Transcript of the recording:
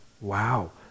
Wow